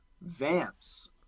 Vamps